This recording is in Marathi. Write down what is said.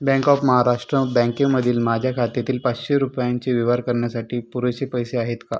बँक ऑफ महाराष्ट्र बँकेमधील माझ्या खात्यातील पाचशे रुपयांचे व्यवहार करण्यासाठी पुरेसे पैसे आहेत का